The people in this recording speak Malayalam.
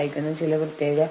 പരാതി നടപടിയിലെ ഘട്ടങ്ങൾ